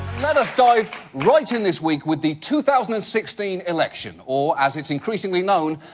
let us dive right in this week with the two thousand and sixteen election. or as its increasingly known,